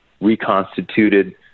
reconstituted